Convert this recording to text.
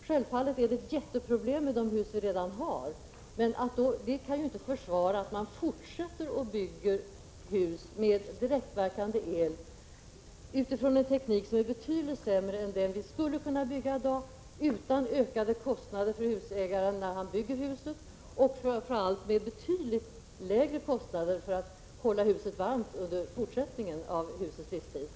Självfallet är det ett jätteproblem med de hus som vi redan har, men det kan inte försvara att man fortsätter att bygga hus med direktverkande el utifrån en teknik som är betydligt sämre än den vi i dag skulle kunna använda utan ökade kostnader för husägaren när han bygger huset och framför allt till betydligt lägre kostnader för att hålla huset varmt under husets fortsatta livstid.